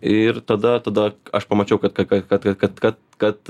ir tada tada aš pamačiau kad kad kad kad kad kad kad kad